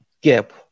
gap